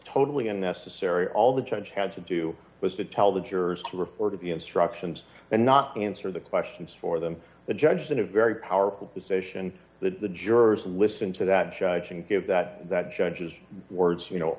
totally unnecessary all the judge had to do was to tell the jurors to refer to the instructions and not answer the questions for them the judge in a very powerful position that the jurors listen to that judge and give that that judge's words you know